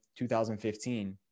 2015